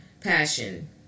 passion